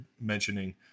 mentioning